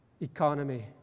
economy